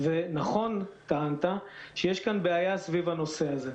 נכון טענת שיש בעיה סביב הנושא הזה.